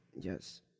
Yes